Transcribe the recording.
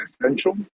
essential